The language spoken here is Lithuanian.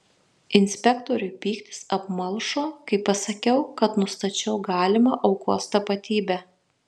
inspektoriui pyktis apmalšo kai pasakiau kad nustačiau galimą aukos tapatybę